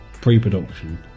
pre-production